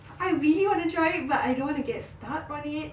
I really want to try but I don't want to get stuck on it